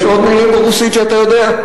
יש עוד מלים ברוסית שאתה יודע?